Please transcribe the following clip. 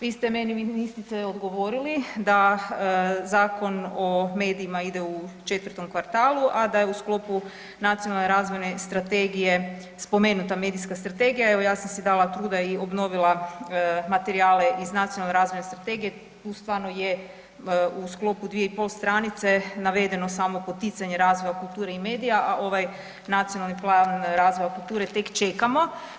Vi ste meni ministrice odgovorili da Zakon o medijima ide u četvrtom kvartalu, a da je u sklopu nacionalne razvojne strategije spomenuta medijska strategija, evo ja sam si dala truda i obnovila materijale iz nacionalne razvojne strategije, tu stvarno je u sklopu 2,5 stranice navedeno samopoticanje razvoja kulture i medija, a ova nacionalni plan razvoja kulture tek čekamo.